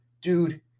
Dude